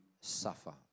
suffer